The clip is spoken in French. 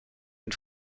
une